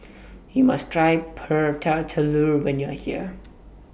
YOU must Try Prata Telur when YOU Are here